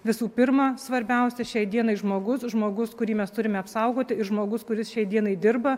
visų pirma svarbiausia šiai dienai žmogus žmogus kurį mes turime apsaugoti ir žmogus kuris šiai dienai dirba